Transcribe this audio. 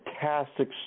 fantastic